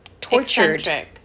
tortured